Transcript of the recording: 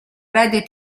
radio